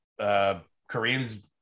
Kareem's